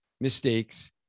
mistakes